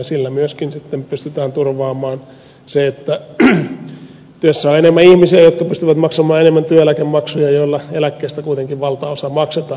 sillä myöskin pystytään turvaamaan se että työssä on enemmän ihmisiä jotka pystyvät maksamaan enemmän työeläkemaksuja joilla eläkkeistä kuitenkin valtaosa maksetaan